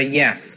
yes